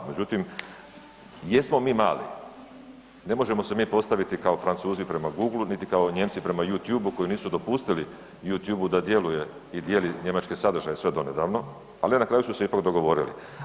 Međutim, jesmo mi mali, ne možemo se mi postaviti kao Francuzi prema Google-u, niti kao Nijemci prema Youetube-u koji nisu dopustili Youetube-u da djeluje i dijeli njemačke sadržaje sve do nedavno, ali na kraju su se ipak dogovorili.